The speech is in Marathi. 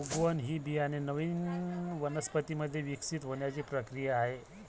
उगवण ही बियाणे नवीन वनस्पतीं मध्ये विकसित होण्याची प्रक्रिया आहे